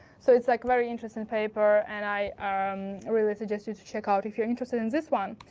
so it's like very interesting paper and i um really suggest you to check out if you're interested in this one.